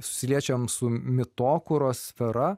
susiliečiam su mitokūros sfera